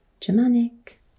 Germanic